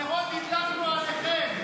את הנרות הדלקנו עליכם.